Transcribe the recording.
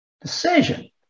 decision